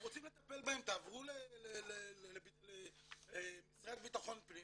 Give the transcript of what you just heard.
אתם רוצים לטפל בהם תעברו למשרד לביטחון פנים